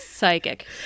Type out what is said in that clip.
psychic